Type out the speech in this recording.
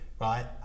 right